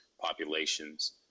populations